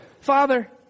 Father